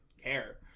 care